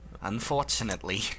Unfortunately